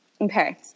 Okay